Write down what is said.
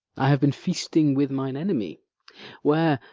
i have been feasting with mine enemy where,